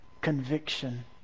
conviction